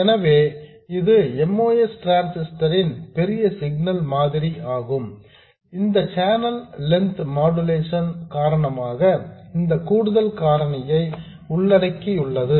எனவே இது MOS transistor ன் பெரிய சிக்னல் மாதிரி ஆகும் இதில் சேனல் லென்த் மாடுலேஷன் காரணமாக இந்த கூடுதல் காரணியை உள்ளடக்கியுள்ளது